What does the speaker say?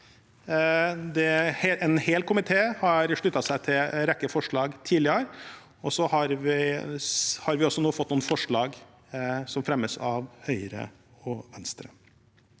En samlet komité har sluttet seg til en rekke forslag tidligere. Så har vi nå fått noen forslag som fremmes av Høyre og Venstre.